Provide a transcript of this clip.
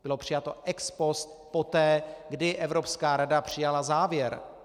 Bylo přijalo ex post, poté, kdy Evropská rada přijala závěr.